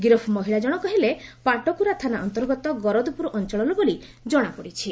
ଗିରଫ ମହିଳା ଜଶଙ୍କ ହେଲେ ପାଟକ୍ରରା ଥାନା ଅନ୍ତର୍ଗତ ଗରଦପ୍ରର ଅଞ୍ଞଳର ବୋଲି ଜଣାପଡ଼ିଛି